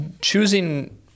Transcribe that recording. choosing